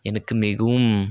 எனக்கு மிகவும்